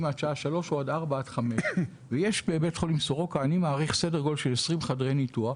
עד השעה 15:00,16:00 או 17:00 ויש בבית חולים סורוקה כ-20 חדרי ניתוח,